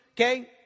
okay